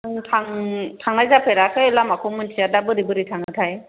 आं थांनाय जाफेराखै लामाखौ मोन्थिया दा बोरै बोरै थाङोथाय